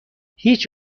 هیچ